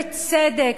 בצדק.